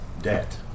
debt